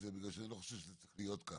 זה כי אני לא חושב שזה צריך להיות כך.